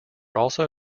also